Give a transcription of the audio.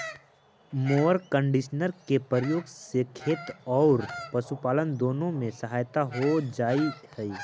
mower conditioner के प्रयोग से खेत औउर पशुपालन दुनो में सहायता हो जा हई